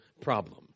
problem